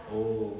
oh